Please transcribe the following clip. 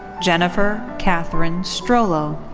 jennifer catherine strollo.